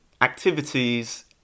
activities